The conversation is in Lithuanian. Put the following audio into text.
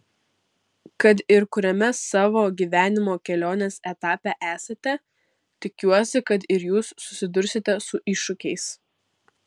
kad ir kuriame savo gyvenimo kelionės etape esate tikiuosi kad ir jūs susidursite su iššūkiais